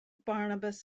barnabas